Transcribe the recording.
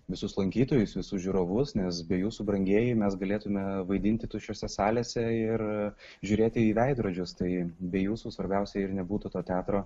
visus lankytojus visus žiūrovus nes be jūsų brangieji mes galėtume vaidinti tuščiose salėse ir žiūrėti į veidrodžius tai be jūsų svarbiausia ir nebūtų to teatro